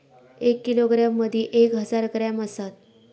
एक किलोग्रॅम मदि एक हजार ग्रॅम असात